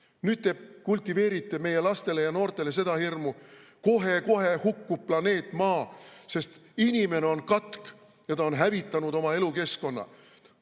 Nüüd te kultiveerite meie lastele ja noortele seda hirmu, et kohe-kohe hukkub planeet Maa, sest inimene on katk ja ta on hävitanud oma elukeskkonna.